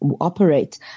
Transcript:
operate